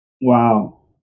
Wow